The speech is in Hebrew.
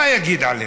מה הוא יגיד עלינו?